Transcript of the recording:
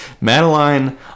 Madeline